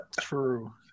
true